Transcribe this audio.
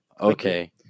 Okay